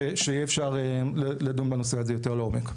ושיהיה אפשר לדון בנושא הזה יותר לעומק.